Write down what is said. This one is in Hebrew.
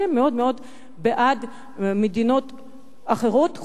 שהן מאוד מאוד בעד מדינות אחרות,